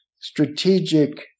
strategic